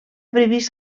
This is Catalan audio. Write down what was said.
previst